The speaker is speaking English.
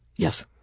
yes,